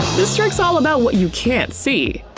this trick's all about what you can't see.